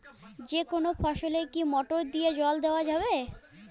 যেকোনো ফসলে কি মোটর দিয়া জল দেওয়া যাবে?